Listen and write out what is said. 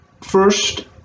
First